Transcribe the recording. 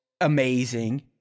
amazing